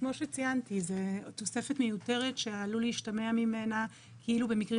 כמו שציינתי זאת תוספת מיותרת שעלול להשתמע ממנה כאילו במקרים